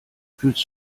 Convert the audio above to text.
fühlst